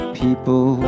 people